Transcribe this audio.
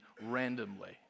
randomly